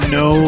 no